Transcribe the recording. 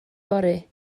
yfory